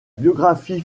biographie